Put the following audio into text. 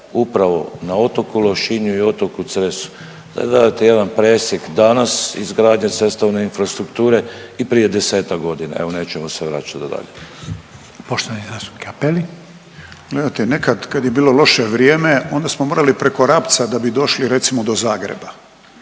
upravo na otoku Lošinju i otoku Cresu. … jedan presjek danas izgradnje cestovne infrastrukture i prije desetak godina, evo nećemo se vraćat dalje. **Reiner, Željko (HDZ)** Poštovani zastupnik Cappelli. **Cappelli, Gari (HDZ)** Gledajte nekad kad je bilo loše vrijeme onda smo morali preko Rapca da bi došli recimo do Zagreba,